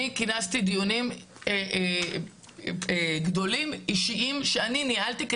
אני כינסתי דיונים גדולים אישיים שאני ניהלתי,